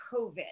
COVID